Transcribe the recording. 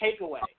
takeaway